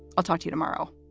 i'll talk to you tomorrow